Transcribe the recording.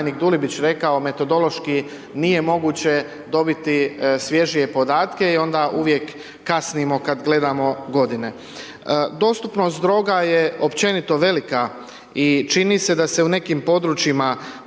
Dostupnost droga je općenito velika i čini se da se u nekim područjima